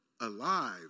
alive